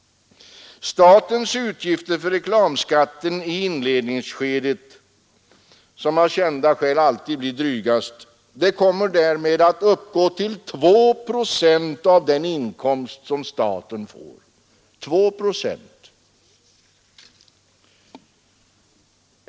Statens utgifter för reklamskatten, som av kända skäl alltid blir drygast i inledningsskedet, kommer därmed att uppgå till 2 procent av den inkomst som staten får.